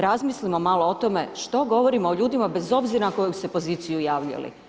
Razmislimo malo o tome, što govorimo o ljudima bez obzira na koju se poziciju javili.